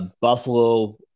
Buffalo –